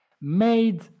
made